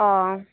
ᱚᱻ